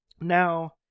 Now